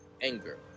anger